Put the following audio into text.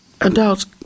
adults